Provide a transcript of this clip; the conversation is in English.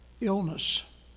illness